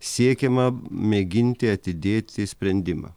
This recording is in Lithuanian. siekiama mėginti atidėti sprendimą